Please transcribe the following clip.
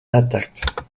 intacte